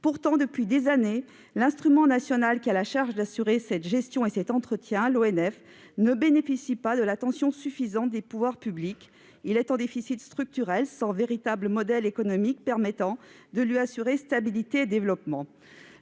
Pourtant, depuis des années, l'instrument national qui est chargé d'assurer cette gestion et cet entretien, l'Office national des forêts (ONF), ne bénéficie pas d'une attention suffisante des pouvoirs publics. Il est en déficit structurel, sans véritable modèle économique permettant de lui assurer stabilité et développement.